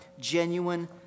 genuine